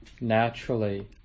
naturally